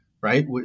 right